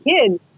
kids